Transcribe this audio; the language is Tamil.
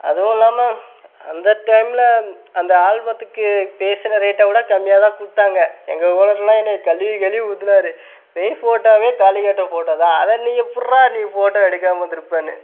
அதுவும் இல்லாமல் அந்த டைமில் அந்த ஆல்பத்துக்கு பேசின ரேட்டை விட கம்மியாக தான் கொடுத்தாங்க எங்கள் ஓனர்லாம் என்னை கழுவி கழுவி ஊற்றினாரு மெயின் ஃபோட்டோவே தாலிக்கட்டுற ஃபோட்டோதான் அதை நீ எப்பிட்ரா நீ ஃபோட்டோ எடுக்காமல் வந்திருப்பேன்னு